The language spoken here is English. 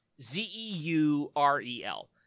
Z-E-U-R-E-L